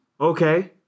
okay